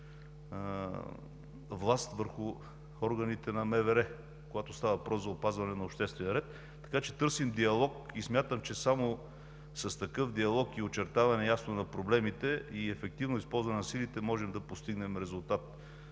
власт върху органите на МВР, когато става въпрос за опазване на обществения ред. Така че търсим диалог и смятам, че само с такъв диалог, очертаване ясно на проблемите и ефективно използване на силите можем да постигнем резултат.